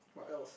what else